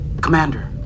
Commander